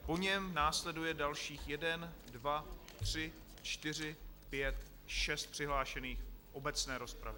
Po něm následuje dalších jeden, dva, tři, čtyři, pět, šest přihlášených v obecné rozpravě.